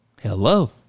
Hello